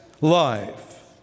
life